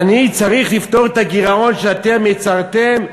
אני צריך לפתור את הגירעון שאתם יצרתם,